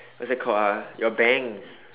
what's that called ah your bangs